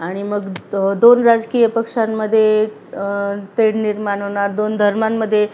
आणि मग दोन राजकीय पक्षांमध्ये तेढ निर्माण होणार दोन धर्मांमध्ये